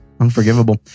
Unforgivable